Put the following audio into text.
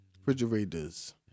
refrigerators